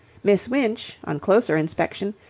miss winch, on closer inspection,